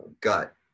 gut